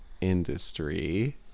industry